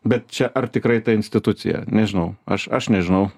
bet čia ar tikrai ta institucija nežinau aš aš nežinau